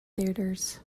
theatres